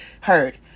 heard